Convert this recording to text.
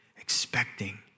expecting